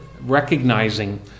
recognizing